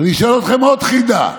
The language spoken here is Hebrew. ואני אשאל אתכם עוד חידה: